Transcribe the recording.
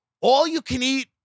all-you-can-eat